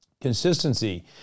consistency